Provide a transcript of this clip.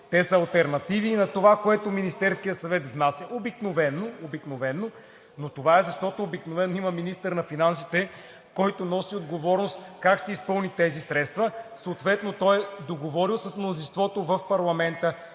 Те са алтернативи на това, което Министерският съвет обикновено внася, но това е, защото обикновено има министър на финансите, който носи отговорност как ще изпълни тези средства. Съответно той е договорил с мнозинството в парламента